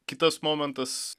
kitas momentas